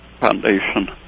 foundation